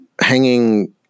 hanging